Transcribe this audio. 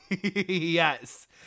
yes